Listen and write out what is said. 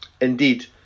Indeed